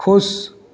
खुश